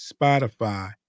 Spotify